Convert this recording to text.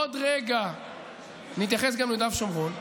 עוד רגע אני אתייחס ליהודה ושומרון.